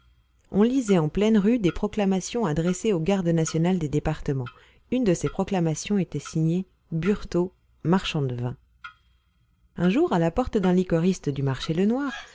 on lisait en pleine rue des proclamations adressées aux gardes nationales des départements une de ces proclamations était signée burtot marchand de vin un jour à la porte d'un liquoriste du marché lenoir